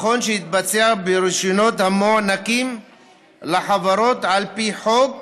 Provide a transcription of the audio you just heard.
נכון שיתבצע ברישיונות המוענקים לחברות על פי חוק